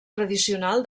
tradicional